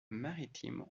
maritimes